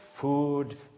food